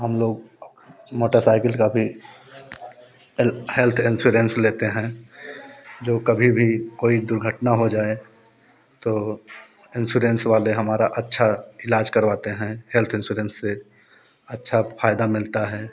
हम लोग मोटरसाइकिल का भी हैल्थ इंसोरेंस लेते हैं जो कभी भी कोई दुर्घटना हो जाए तो इंसोरेन्स वाले हमारा अच्छा इलाज करवाते हैं हेल्थ इनसोरेन्स से अच्छा फायदा मिलता है